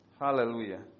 Hallelujah